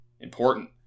important